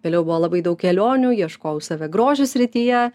vėliau buvo labai daug kelionių ieškojau save grožio srityje